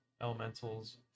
elementals